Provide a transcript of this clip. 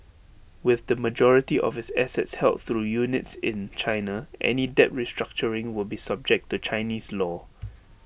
with the majority of its assets held through units in China any debt restructuring will be subject to Chinese law